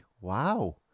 wow